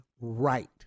right